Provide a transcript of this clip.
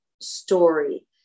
story